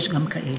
יש גם כאלה.